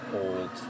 old